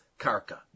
Karka